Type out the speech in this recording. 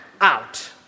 out